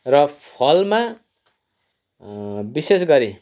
र फलमा विशेष गरी